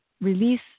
release